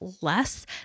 less